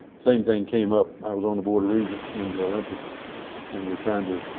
same thing came up. i was on the board of regents when the olympics and were trying to